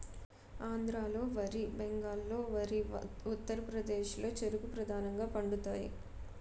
ఆంధ్రాలో వరి బెంగాల్లో వరి ఉత్తరప్రదేశ్లో చెరుకు ప్రధానంగా పండుతాయి